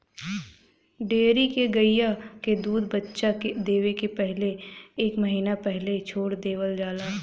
dairy के गइया क दूध बच्चा देवे के पहिले एक महिना पहिले छोड़ देवल जाला